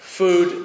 food